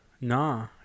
Nah